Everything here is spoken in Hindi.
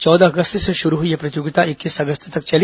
चौदह अगस्त से शुरू हुई यह प्रतियोगिता इक्कीस अगस्त तक चली